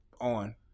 on